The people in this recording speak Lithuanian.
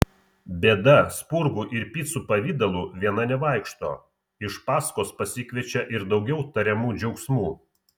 bėda spurgų ir picų pavidalu viena nevaikšto iš paskos pasikviečia ir daugiau tariamų džiaugsmų